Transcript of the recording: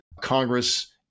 Congress